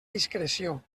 discreció